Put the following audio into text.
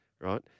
right